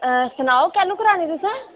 सनाओ कैह्लूं करानी तुसें